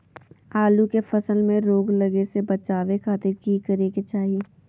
आलू के फसल में रोग लगे से बचावे खातिर की करे के चाही?